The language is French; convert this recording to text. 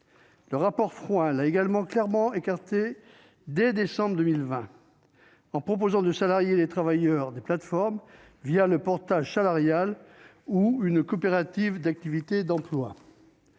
Jean-Yves Frouin a également clairement écarté ce statut dès décembre 2020, en proposant de salarier les travailleurs des plateformes le portage salarial ou une coopérative d'activité et d'emploi.